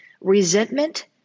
Resentment